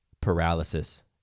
paralysis